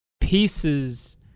pieces